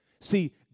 See